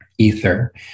ether